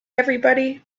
everybody